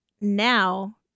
now